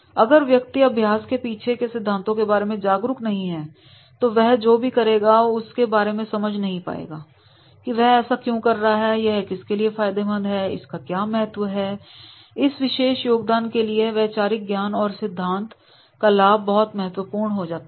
अगर व्यक्ति अभ्यास के पीछे के सिद्धांत के बारे में जागरूक नहीं है तो वह जो कुछ भी करेगा उसके बारे में समझ नहीं पाएगा कि वह ऐसा क्यों कर रहा है यह किसके लिए फायदेमंद है इसका क्या महत्व है और इस विशेष योगदान के लिए वैचारिक ज्ञान और सिद्धांत का लाभ बहुत महत्वपूर्ण हो जाता है